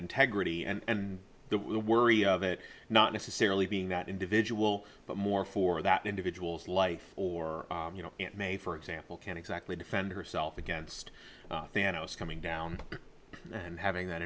integrity and the worry of it not necessarily being that individual but more for that individual's life or you know may for example can't exactly defend herself against dan i was coming down and having that